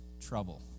trouble